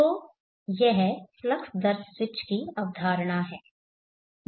तो यह फ्लक्स दर स्विच की अवधारणा है